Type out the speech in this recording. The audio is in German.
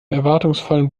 erwartungsvollen